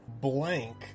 blank